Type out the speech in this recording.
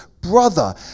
brother